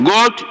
God